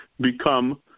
become